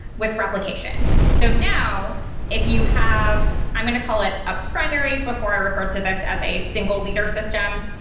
with replication. so now if you have i'm going to call it a primary. before, i referred to this as a single leader system.